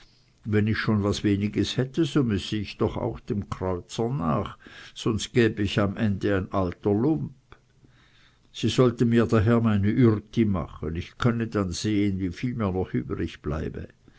wenn ich schon was weniges hätte so müsse ich doch auch dem kreuzer nach sonst gäbe ich am ende ein alter lump sie sollen mir daher meine ürti machen ich könne dann sehen wie viel mir noch übrig bleibt